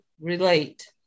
relate